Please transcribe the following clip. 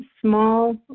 small